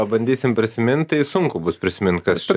pabandysim prisimint tai sunku bus prisimint kas čia